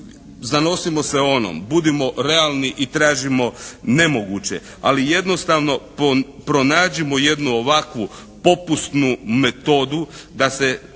zanosimo se onom budimo realni i tražimo nemoguće, ali jednostavno pronađimo jednu ovakvu popusnu metodu da se,